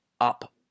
up